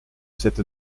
cette